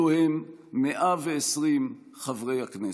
אלו הם 120 חברי הכנסת.